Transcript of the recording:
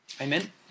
Amen